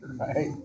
Right